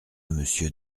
monsieur